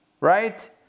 Right